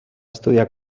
estudiar